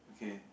okay